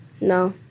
No